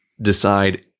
decide